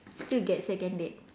still get second date